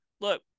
look